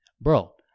Bro